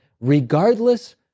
regardless